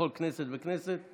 בכל כנסת וכנסת,